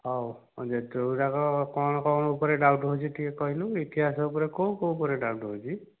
ହେଉ ଯେତେ ଗୁଡ଼ାକ କଣ କଣ ଉପରେ ଡାଉଟ୍ ହେଉଛି ଟିକେ କହିଲୁ ଇତିହାସ ଉପରେ କେଉଁ କେଉଁ ଉପରେ ଡାଉଟ୍ ହେଉଛି